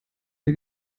wir